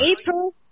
April